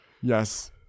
Yes